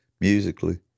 musically